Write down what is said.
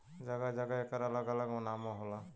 जगह जगह एकर अलग अलग नामो होला